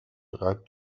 reibt